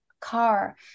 car